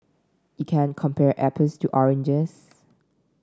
you can't compare apples to oranges